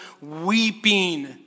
weeping